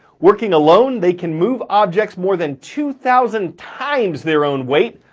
working alone, they can move objects more than two thousand times their own weight.